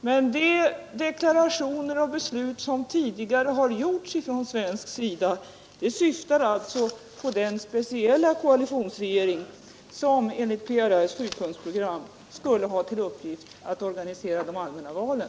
Men de deklarationer och förslag som tidigare har gjorts från svensk sida syftar alltså på den speciella koalitionsregering som enligt PRR:s sjupunktsprogram skulle ha till uppgift att organisera de allmänna valen.